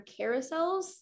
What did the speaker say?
carousels